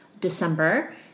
December